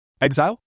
Exile